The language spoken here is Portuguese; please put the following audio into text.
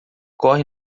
corre